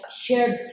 shared